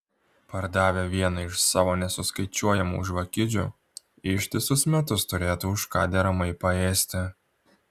pardavę vieną iš savo nesuskaičiuojamų žvakidžių ištisus metus turėtų už ką deramai paėsti